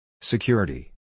Security